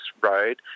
road